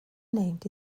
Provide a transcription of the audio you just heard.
named